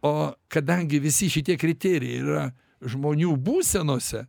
o kadangi visi šitie kriterijai yra žmonių būsenose